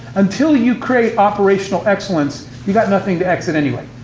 until you create operational excellence, you got nothing to exit anyway.